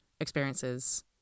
experiences